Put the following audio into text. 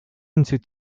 into